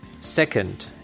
Second